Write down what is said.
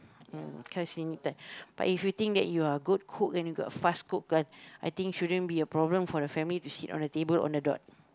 uh cause you need time but if you think that you are a good cook and you got a fast cook ah I think shouldn't be a problem for the family to sit on the table on the dot